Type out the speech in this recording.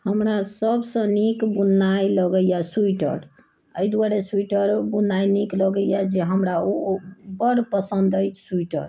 हमरा सभसँ नीक बुननाइ लगैया स्वीटर एहि दुआरे स्वीटर बुननाइ नीक लगैया जे हमरा ओ बड पसन्द अछि स्वीटर